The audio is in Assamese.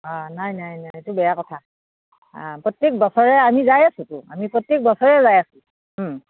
অঁ নাই নাই নাই সেইটো বেয়া কথা হা প্ৰত্যেক বছৰে আমি যাই আছোঁতো আমি প্ৰত্যেক বছৰে যায় আছোঁ